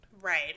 Right